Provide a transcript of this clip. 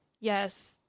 yes